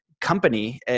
company